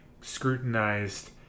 scrutinized